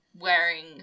wearing